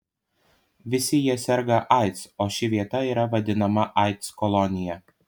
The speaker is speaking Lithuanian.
visi jie serga aids o ši vieta yra vadinama aids kolonija